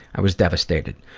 i was devastated.